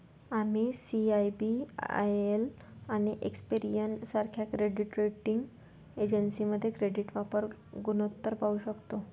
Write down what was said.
आम्ही सी.आय.बी.आय.एल आणि एक्सपेरियन सारख्या क्रेडिट रेटिंग एजन्सीमध्ये क्रेडिट वापर गुणोत्तर पाहू शकतो